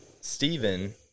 Stephen